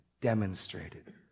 demonstrated